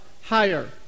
higher